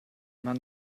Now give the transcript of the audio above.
man